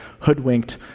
hoodwinked